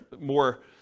more